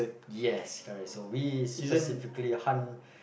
yes correct so we specifically hunt